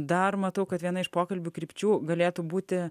dar matau kad viena iš pokalbių krypčių galėtų būti